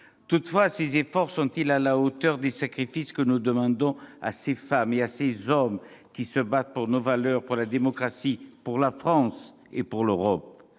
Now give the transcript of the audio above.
Toutefois, ces efforts sont-ils à la hauteur des sacrifices que nous demandons à ces femmes et à ces hommes qui se battent pour nos valeurs, pour la démocratie, pour la France et pour l'Europe ?